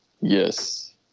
yes